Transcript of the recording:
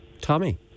Tommy